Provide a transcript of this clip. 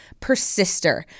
PERSISTER